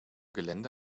gelände